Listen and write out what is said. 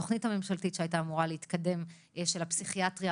התוכנית הממשלתית שהייתה אמורה להתקדם של הפסיכיאטריה,